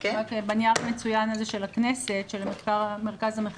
בנייר המצוין הזה של הכנסת של הממ"מ,